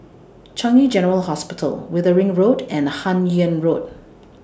Changi General Hospital Wittering Road and Hun Yeang Road